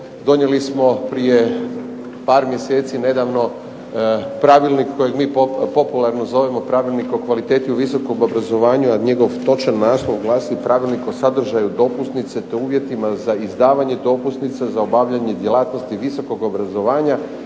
donijeli smo prije par mjeseci nedavno pravilnik kojeg mi popularno zovemo pravilnik o kvaliteti u visokom obrazovanju a njegov točan naslov glasi „Pravilnik o sadržaju dopusnice te uvjetima za izdavanje dopusnica za obavljanje djelatnosti visokog obrazovanja,